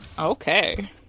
Okay